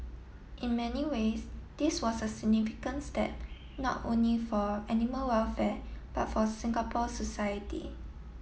in many ways this was a significant step not only for animal welfare but for Singapore society